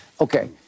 Okay